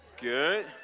Good